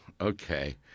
okay